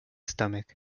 stomach